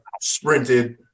sprinted